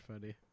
funny